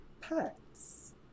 pets